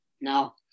No